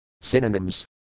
Synonyms